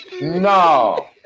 No